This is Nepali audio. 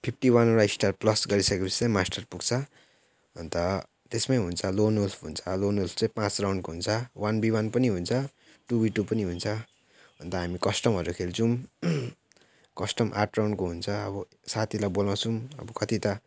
फिप्टी वानवटा स्टार प्लस गरिसके पछि चाहिँ मास्टर पुग्छ अन्त त्यसमै हुन्छ लोनोफ हुन्छ आ लोनोहरू चाहिँ पाँच राउन्डको हुन्छ वान बि वान पनि हुन्छ टु बि टु पनि हुन्छ अन्त हामी कस्टमहरू खेल्छौँ कस्टम आठ राउन्डको हुन्छ अब साथीलाई बोलाउँछौँ अब कति त